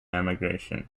emigration